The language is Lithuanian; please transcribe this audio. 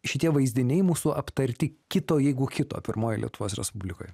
šitie vaizdiniai mūsų aptarti kito jeigu kito pirmoje lietuvos respublikoje